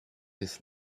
his